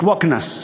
לקבוע קנס.